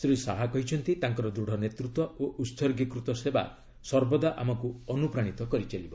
ଶ୍ରୀ ଶାହା କହିଛନ୍ତି ତାଙ୍କର ଦୃଢ଼ ନେତୃତ୍ୱ ଓ ଉତ୍ଗୀକୃତ ସେବା ସର୍ବଦା ଆମକୁ ଅନୁପ୍ରାଣିତ କରିଚାଲିବ